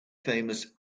famous